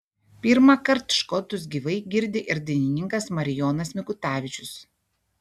pirmąkart škotus gyvai girdi ir dainininkas marijonas mikutavičius